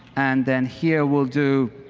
and then here we'll do